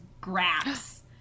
grass